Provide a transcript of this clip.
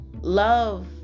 love